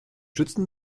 stützen